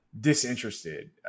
Disinterested